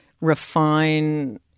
refine